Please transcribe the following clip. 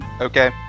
Okay